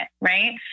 Right